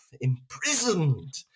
imprisoned